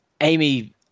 amy